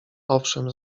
owszem